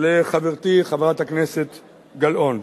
לחברתי חברת הכנסת גלאון: